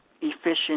efficient